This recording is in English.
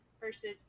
versus